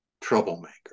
troublemaker